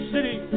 City